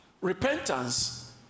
repentance